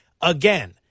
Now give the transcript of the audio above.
again